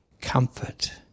comfort